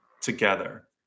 together